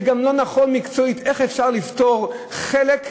שגם לא נכון מקצועית: איך אפשר לפטור חלק,